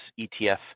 ETF